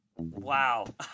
wow